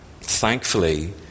Thankfully